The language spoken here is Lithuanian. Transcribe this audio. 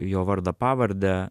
jo vardą pavardę